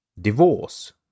Divorce